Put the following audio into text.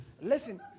listen